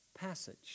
passage